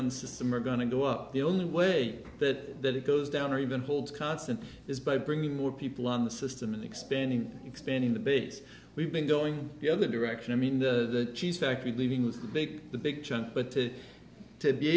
the system are going to go up the only way that that it goes down or even holds constant is by bringing more people on the system and expanding expanding the base we've been going the other direction i mean the cheese factory leaving with the big the big chunk but to to be